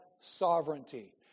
sovereignty